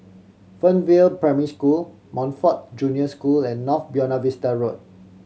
Fernvale Primary School Montfort Junior School and North Buona Vista Road